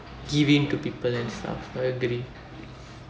give in to people and stuff agree